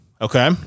Okay